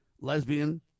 lesbian